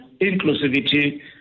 inclusivity